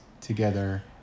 together